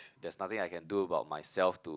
there's nothing I can do about myself to